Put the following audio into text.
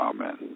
Amen